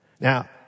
Now